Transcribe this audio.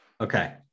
Okay